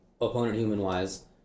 opponent-human-wise